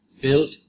built